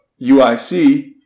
UIC